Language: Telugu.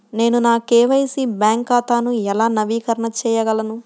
నేను నా కే.వై.సి బ్యాంక్ ఖాతాను ఎలా నవీకరణ చేయగలను?